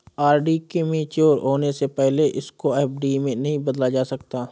RD के mature होने से पहले इसको एफ.डी में नहीं बदला जा सकता